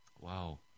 wow